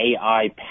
AI